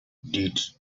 did